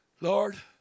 Lord